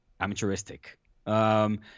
amateuristic